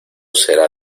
será